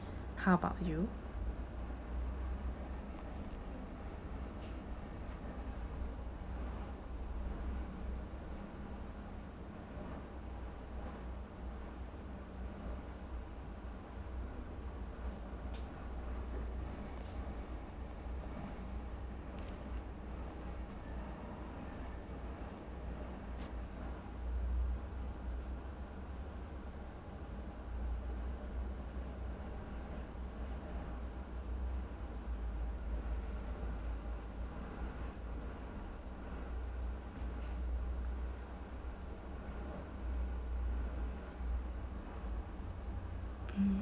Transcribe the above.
how about you mm